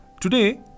today